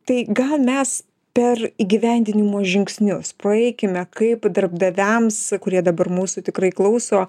tai gal mes per įgyvendinimo žingsnius praeikime kaip darbdaviams kurie dabar mūsų tikrai klauso